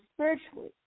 spiritually